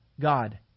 God